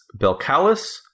Belcalis